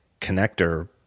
connector